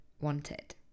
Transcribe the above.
wanted